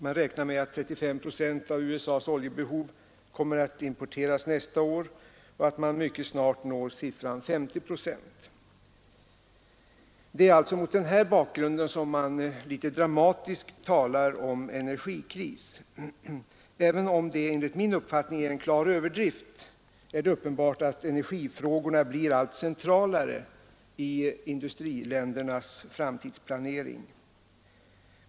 Man räknar med att 35 procent av USA:s oljebehov kommer att importeras nästa år och att man mycket snart når siffran 50 procent. Det är alltså mot den här bakgrunden som man litet dramatiskt talar om energikris. Även om det enligt min uppfattning är en klar överdrift är det uppenbart att energifrågorna blir allt centralare i industriländernas framtida planering.